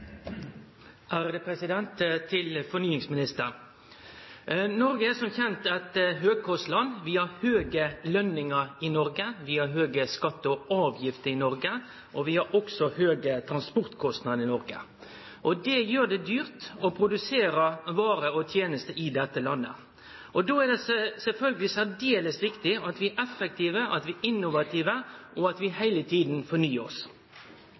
til fornyingsministeren. Noreg er som kjent eit høgkostland. Vi har høge lønningar i Noreg, vi har høge skattar og avgifter i Noreg, og vi har høge transportkostnader i Noreg. Det gjer det dyrt å produsere varer og tenester i dette landet. Då er det sjølvsagt særdeles viktig at vi er effektive, at vi er innovative, og at vi heile tida fornyar oss.